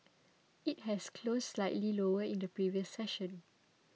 it had closed slightly lower in the previous session